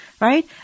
right